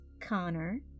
Connor